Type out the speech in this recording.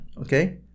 okay